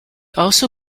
also